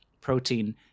protein